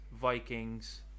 Vikings